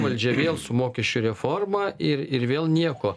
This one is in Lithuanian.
valdžia vėl su mokesčių reforma ir ir vėl nieko